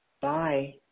Bye